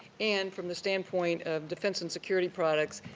and from the standpoint of defense and security products,